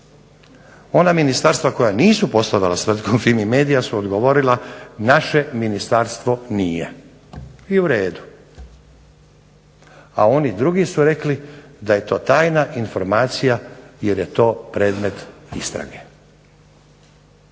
Ona ministarstva koja nisu poslovala s Fimi media su odgovorila naše ministarstvo nije i u redu. A oni drugi su rekli da je to tajna informacija jer je to predmet istrage.